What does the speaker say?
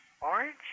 Orange